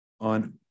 on